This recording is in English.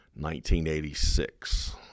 1986